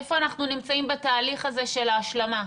איפה אנחנו נמצאים בתהליך הזה של ההשלמה?